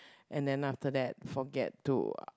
and then after that forget to